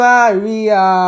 Maria